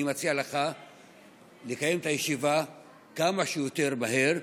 אני מציע לך לקיים את הישיבה כמה שיותר מהר,